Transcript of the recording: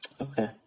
Okay